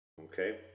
okay